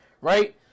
right